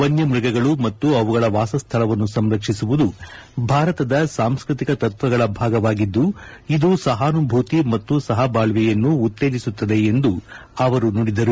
ವನ್ನಮ್ನಗಗಳು ಮತ್ತು ಅವುಗಳ ವಾಸ ಸ್ಥಳವನ್ನು ಸಂರಕ್ಷಿಸುವುದು ಭಾರತದ ಸಾಂಸ್ಕೃತಿಕ ತತ್ವಗಳ ಭಾಗವಾಗಿದ್ದು ಇದು ಸಹಾನುಭೂತಿ ಮತ್ತು ಸಹಬಾಳ್ವೆಯನ್ನು ಉತ್ತೇಜಿಸುತ್ತದೆ ಎಂದು ಅವರು ನುಡಿದರು